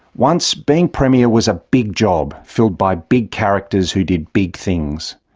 once, being premier was a big job, filled by big characters who did big things.